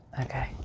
okay